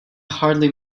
hardly